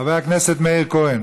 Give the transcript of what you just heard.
איננו, חבר הכנסת מאיר כהן